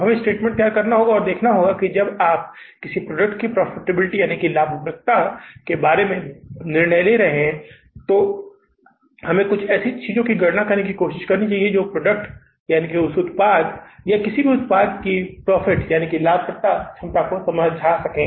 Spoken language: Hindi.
अब हमें स्टेटमेंट तैयार करना होगा और देखना होगा कि जब आप किसी प्रोडक्ट की प्रॉफिटेबिलिटी के बारे में निर्णय ले रहे हैं तो हमें कुछ ऐसी चीजों की गणना करने की कोशिश करनी चाहिए जो प्रोडक्ट और या किसी भी प्रोडक्ट की प्रॉफिट क्षमता को समझा सके